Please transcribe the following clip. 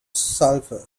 sulphur